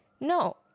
no